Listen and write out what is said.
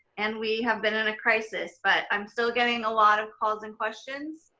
and we have been in a crisis, but i'm still getting a lot of calls and questions.